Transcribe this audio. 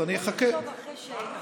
תפעילי רק את השעון.